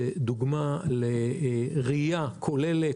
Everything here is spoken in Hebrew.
בדוגמה לראיה כוללת.